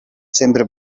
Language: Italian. sempre